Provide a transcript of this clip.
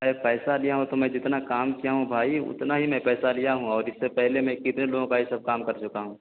ارے پیسہ لیا ہوں تو میں جتنا کام کیا ہوں بھائی اتنا ہی میں پیسہ لیا ہوں اور اس سے پہلے میں کتنے لوگوں کا یہ سب کام کر چکا ہوں